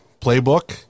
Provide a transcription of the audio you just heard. playbook